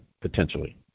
potentially